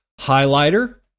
Highlighter